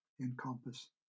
encompass